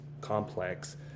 complex